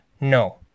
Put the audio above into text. No